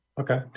Okay